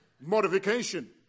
modification